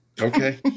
Okay